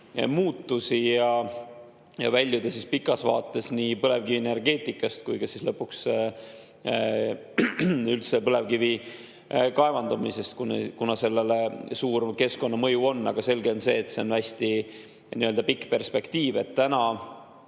muudatusi ja väljuda pikas vaates nii põlevkivienergeetikast kui ka lõpuks üldse põlevkivi kaevandamisest, kuna sellel on suur keskkonnamõju. Aga selge on see, et see on hästi pikk perspektiiv. Täna